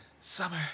Summer